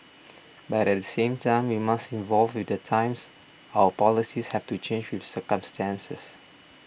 but at the same time we must evolve with the times our policies have to change with circumstances